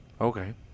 okay